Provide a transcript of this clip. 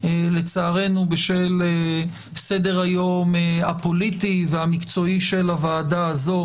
לצערנו בשל סדר-היום הפוליטי והמקצועי של הוועדה הזו,